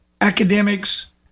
academics